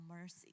mercy